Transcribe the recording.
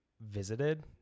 visited